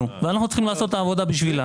ואנחנו צריכים לעשות את העבודה עבורו.